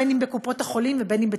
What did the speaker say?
בין בקופות-החולים ובין בטיפת-חלב.